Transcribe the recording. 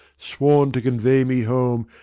sworn to convey me home,